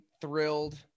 thrilled